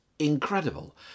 Incredible